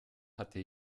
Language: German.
hatte